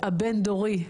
הבין דורי.